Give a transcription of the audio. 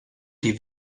die